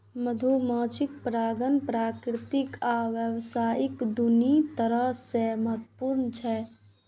मधुमाछी परागण प्राकृतिक आ व्यावसायिक, दुनू तरह सं महत्वपूर्ण छै